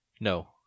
No